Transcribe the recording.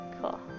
cool